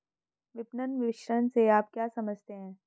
विपणन मिश्रण से आप क्या समझते हैं?